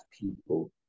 people